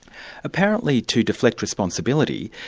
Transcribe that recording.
apparently, to deflect responsibility,